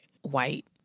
white